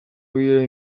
bidali